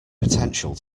potential